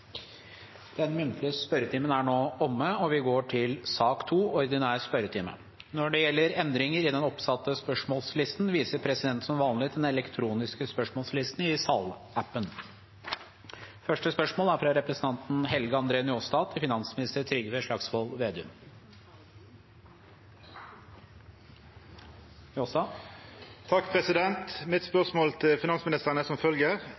den har. Den muntlige spørretimen er da omme. Det blir noen endringer i den oppsatte spørsmålslisten, og presidenten viser som vanlig til den elektroniske spørsmålslisten i salappen. Endringene var som følger: Spørsmål 3, fra representanten Mímir Kristjánsson til arbeids- og inkluderingsministeren, er